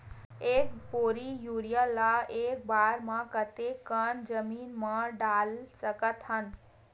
एक बोरी यूरिया ल एक बार म कते कन जमीन म डाल सकत हन?